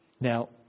Now